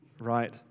Right